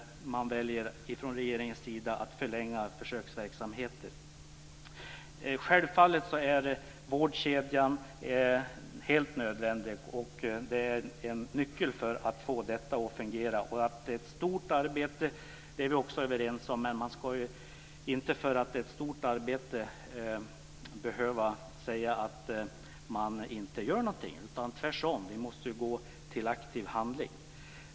Men regeringen väljer att förlänga försöksverksamheter. Självfallet är vårdkedjan helt nödvändig, och det är en nyckel för att få detta att fungera. Vi är också överens om att det är ett stort arbete. Men bara därför att det är ett stort arbete ska man inte behöva säga att ingenting görs. Tvärtom måste vi gå till aktiv handling.